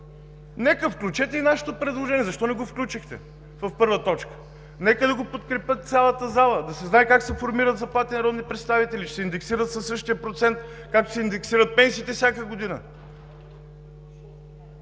Нека, включете и нашето предложение! Защо не го включихте в първата точка? Нека да го подкрепи цялата зала и да се знае как се формират заплатите на народните представители – ще се индексират със същия процент, както се индексират пенсиите всяка година.